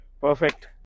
Perfect